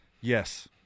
Yes